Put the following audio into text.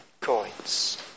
coins